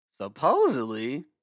supposedly